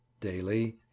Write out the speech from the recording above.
daily